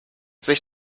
sich